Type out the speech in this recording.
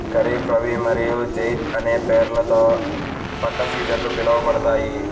ఖరీఫ్, రబీ మరియు జైద్ అనే పేర్లతో పంట సీజన్లు పిలవబడతాయి